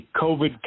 covid